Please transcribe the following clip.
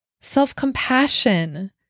self-compassion